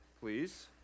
please